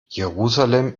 jerusalem